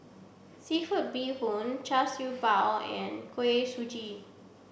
seafood bee hoon char siew bao and kuih suji